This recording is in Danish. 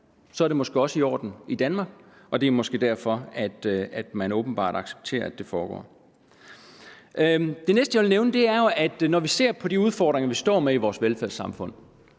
Så er det måske også i orden i Danmark. Og det er måske derfor, man åbenbart accepterer, at det foregår. Det næste, jeg vil nævne, er jo, at når vi ser på de udfordringer, vi står med i vores velfærdssamfund,